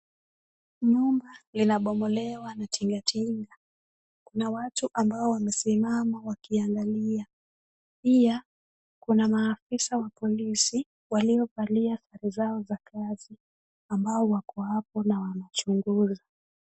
Nyumba linabomolewa na tingatinga. Kuna watu ambao wamesimama wakiangalia. Pia kuna maafisa wa polisi waliovalia sare zao za kazi ambao wako hapo na wanachunguza.